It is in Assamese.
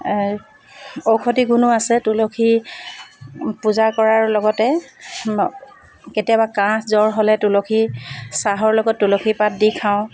ঔষধি গুণো আছে তুলসী পূজা কৰাৰ লগতে কেতিয়াবা কাহ জ্বৰ হ'লে তুলসী চাহৰ লগত তুলসী পাত দি খাওঁ